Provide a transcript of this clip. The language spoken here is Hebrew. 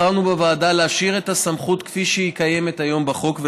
בחרנו בוועדה להשאיר את הסמכות כפי שהיא קיימת היום בחוק,